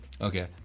Okay